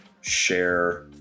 share